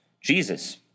Jesus